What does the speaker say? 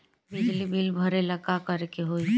बिजली बिल भरेला का करे के होई?